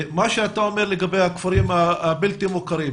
לגבי הכפרים הלא מוכרים,